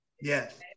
Yes